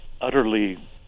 utterly